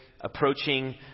approaching